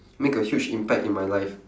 make a huge impact in my life